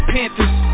Panthers